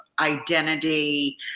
identity